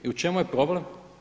I u čemu je problem?